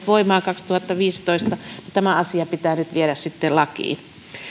voimaan kaksituhattaviisitoista niin tämä asia nyt pitää viedä lakiin